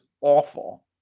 awful